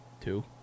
Two